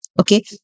okay